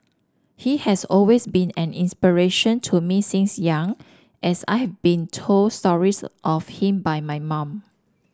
he has always been an inspiration to me since young as I've been told stories of him by my mum